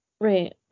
Right